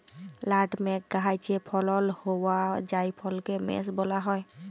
nutmeg গাহাচে ফলল হউয়া জাইফলকে মেস ব্যলা হ্যয়